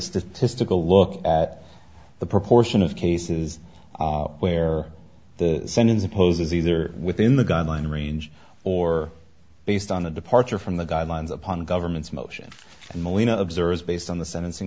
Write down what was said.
statistical look at the proportion of cases where the sentence opposes either within the guidelines range or based on a departure from the guidelines upon government's motion and molina observes based on the sentencing